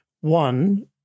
One